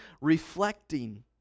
reflecting